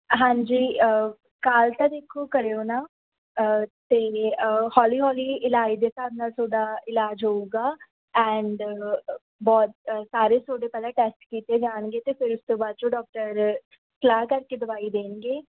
ਹਾਂਜੀ ਕੱਲ੍ਹ ਤਾਂ ਦੇਖੋ ਕਰਿਓ ਨਾ ਅਤੇ ਹੌਲੀ ਹੌਲੀ ਇਲਾਜ ਦੇ ਹਿਸਾਬ ਨਾਲ ਤੁਹਾਡਾ ਇਲਾਜ ਹੋਊਗਾ ਐਂਡ ਬਹੁਤ ਸਾਰੇ ਤੁਹਾਡੇ ਪਹਿਲਾਂ ਟੈਸਟ ਕੀਤੇ ਜਾਣਗੇ ਅਤੇ ਫਿਰ ਉਸ ਤੋਂ ਬਾਅਦ ਚੋਂ ਡਾਕਟਰ ਸਲਾਹ ਕਰਕੇ ਦਵਾਈ ਦੇਣਗੇ